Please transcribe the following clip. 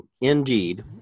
indeed